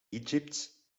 egypt